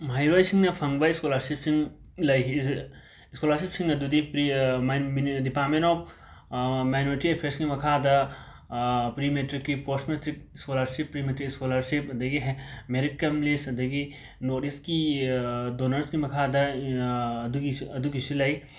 ꯃꯍꯩꯔꯣꯏꯁꯤꯡꯅ ꯐꯪꯕ ꯁ꯭ꯀꯣꯂꯥꯔꯁꯤꯞꯁꯤꯡ ꯂꯩ ꯁ꯭ꯀꯣꯂꯥꯔꯁꯤꯞꯁꯤꯡ ꯑꯗꯨꯗꯤ ꯄ꯭ꯔꯤ ꯃꯥꯏꯟ ꯃꯤꯅꯤ ꯗꯤꯄꯥꯔꯠꯃꯦꯟ ꯑꯣꯞ ꯃꯥꯏꯅꯣꯔꯤꯇꯤ ꯑꯦꯐꯦꯔꯁꯀꯤ ꯃꯈꯥꯗ ꯄ꯭ꯔꯤ ꯃꯦꯇ꯭ꯔꯤꯛꯀꯤ post matric scholarship pre matric scholarship ꯑꯗꯒꯤ ꯍꯦ ꯃꯦꯔꯤꯠ ꯀꯝ ꯂꯤꯁ ꯑꯗꯒꯤ ꯅꯣꯔꯠ ꯏꯁꯀꯤ ꯗꯣꯅꯔꯁꯀꯤ ꯃꯈꯥꯗ ꯑꯗꯨꯒꯤꯁꯨ ꯑꯗꯨꯒꯤꯁꯨ ꯂꯩ